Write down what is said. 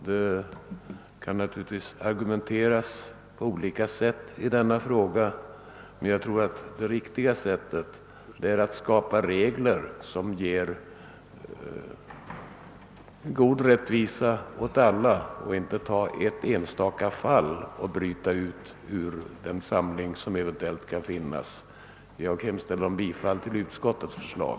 Det kan naturligtvis argumenteras på olika sätt i denna fråga, men jag tror att det riktiga är att skapa regler som ger god rättvisa åt alla och att man inte skall bryta ut ett enstaka fall ur den samling som eventöellt kan finnas. Jag hemställer om bifall till utskottets förslag.